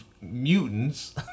mutants